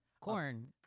Corn